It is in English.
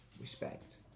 Respect